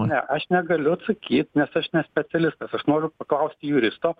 ne aš negaliu atsakyt nes aš ne specialistas aš noriu paklausti juristo